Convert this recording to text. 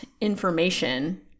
information